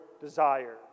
desire